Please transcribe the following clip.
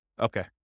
Okay